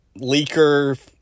leaker